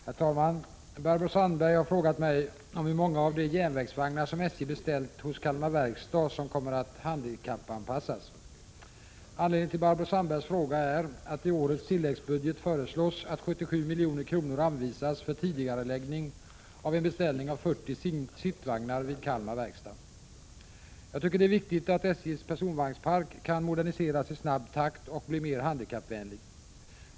Herr talman! Barbro Sandberg har frågat mig om hur många av de järnvägsvagnar som SJ beställt hos Kalmar Verkstads AB som kommer att handikappanpassas. Anledningen till Barbro Sandbergs fråga är att det i årets tilläggsbudget föreslås att 77 milj.kr. anvisas för tidigareläggning av en beställning på 40 sittvagnar vid Kalmar Verkstads AB. Jag tycker att det är viktigt att SJ:s personvagnspark kan moderniseras i snabb takt och bli mer handikappvänlig.